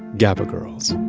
gaba girls